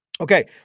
Okay